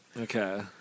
Okay